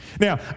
Now